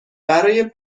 برای